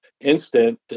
instant